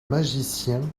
magicien